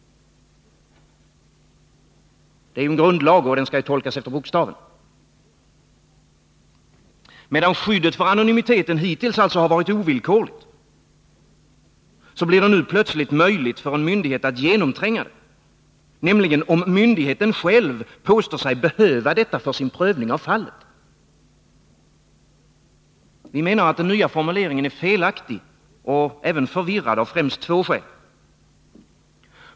Det är ju en grundlag, och den skall tolkas efter bokstaven. Medan skyddet för anonymiteten hittills varit ovillkorligt, blir det nu plötsligt möjligt för en myndighet att genomtränga det, nämligen om myndigheten själv påstår sig behöva detta för sin prövning av fallet. Vi menar att den nya formuleringen är felaktig, och även förvirrad, av främst två skäl.